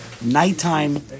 nighttime